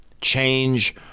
Change